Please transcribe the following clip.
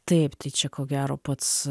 taip tai čia ko gero pats